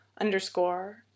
underscore